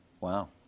Wow